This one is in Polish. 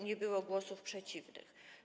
Nie było głosów przeciwnych.